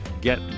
get